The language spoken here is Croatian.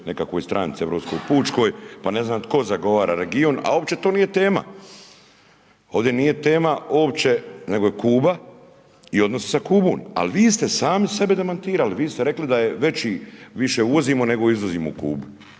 nekakvoj stranci, europskoj, pučkoj, pa ne znam, tko zagovara region, a uopće to nije tema. Ovdje nije tema uopće nego je Kuba i odnosi sa Kubom. Ali vi ste sami sebe demantirali, vi ste rekli, da je veći, više uvozimo, nego izvozimo u Kubu